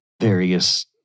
various